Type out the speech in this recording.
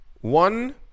One